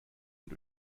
und